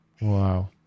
Wow